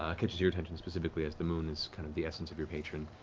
ah catches your attention, specifically, as the moon is kind of the essence of your patron.